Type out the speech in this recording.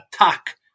attack